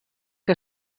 que